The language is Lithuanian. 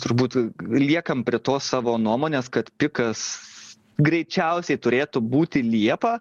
turbūt liekam prie tos savo nuomonės kad pikas greičiausiai turėtų būti liepą